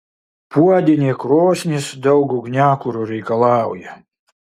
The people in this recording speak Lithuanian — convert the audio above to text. puodinė krosnis daug ugniakuro reikalauja